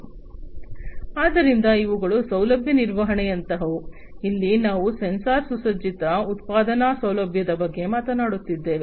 ಆದ್ದರಿಂದ ಇವುಗಳು ಸೌಲಭ್ಯ ನಿರ್ವಹಣೆಯಂತಹವು ಇಲ್ಲಿ ನಾವು ಸೆನ್ಸಾರ್ ಸುಸಜ್ಜಿತ ಉತ್ಪಾದನಾ ಸೌಲಭ್ಯದ ಬಗ್ಗೆ ಮಾತನಾಡುತ್ತಿದ್ದೇವೆ